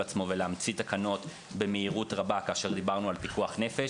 עצמו ולהמציא תקנות במהירות רבה כאשר דיברנו על פיקוח נפש.